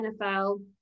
NFL